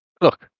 Look